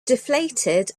deflated